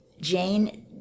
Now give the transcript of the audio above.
Jane